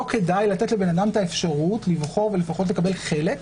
לא כדאי לתת לבן אדם את האפשרות לבחור ולפחות לקבל חלק,